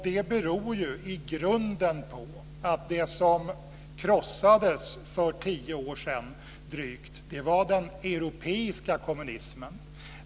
Det beror i grunden på att det som krossades för drygt tio år sedan var den europeiska kommunismen.